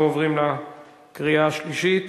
אנחנו עוברים לקריאה השלישית